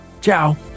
Ciao